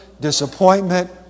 disappointment